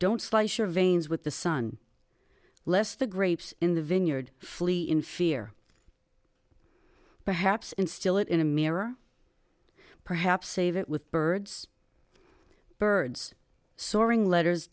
don't slice your veins with the sun lest the grapes in the vineyard flee in fear perhaps instill it in a mirror perhaps save it with birds birds soaring letters